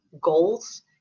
goals